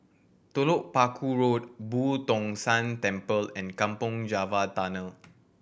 Telok Paku Road Boo Tong San Temple and Kampong Java Tunnel